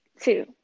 two